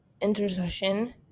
intercession